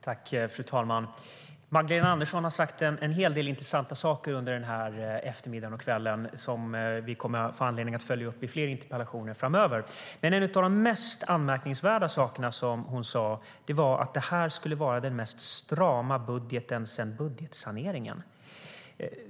Fru talman! Magdalena Andersson har sagt en hel del intressanta saker under den här eftermiddagen och kvällen som vi kommer att få anledning att följa upp i fler interpellationer framöver. En av de mest anmärkningsvärda saker hon sade var att detta skulle vara den stramaste budgeten sedan budgetsaneringen.